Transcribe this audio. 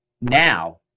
Now